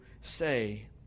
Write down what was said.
say